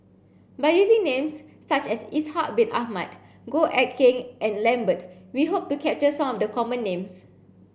by using names such as Ishak bin Ahmad Goh Eck Kheng and Lambert we hope to capture some of the common names